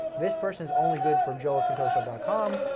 this person's only good for joe contoso and com.